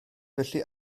felly